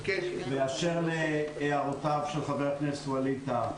באשר להערותיו של חבר הכנסת וואליד טאהא.